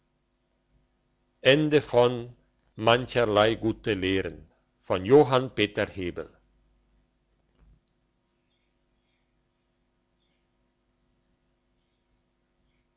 mancherlei gute lehren